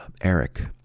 Eric